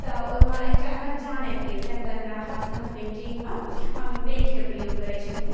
तऽ ओहिमे एकटा अलग जान आबि गेल ताहि दुआरे हमरा हाथके पेन्टिङ्गमे हम पेन्टके प्रयोग करै छलहुँ